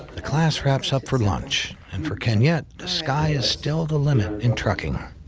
the class wraps up for lunch, and for kenyette, the sky is still the limit in trucking.